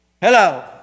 Hello